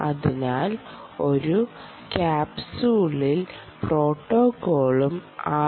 അതിനാൽ ഒരു ക്യാപ്സൂളിൽ പ്രോട്ടോക്കോളും ആർ